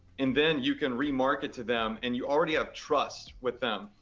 and then you can re-market to them, and you already have trust with them.